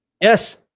yes